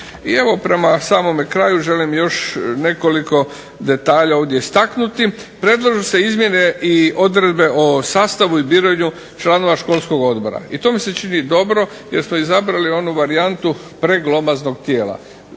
I evo prema samome kraju želim još nekoliko detalja ovdje istaknuti. Predlažu se izmjene i odredbe o sastavu i biranju članova školskog odbora. I to mi se čini dobro, jer smo izabrali onu varijantu preglomaznog tijela.